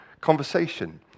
conversation